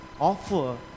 offer